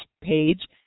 page